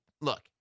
look